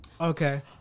Okay